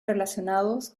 relacionados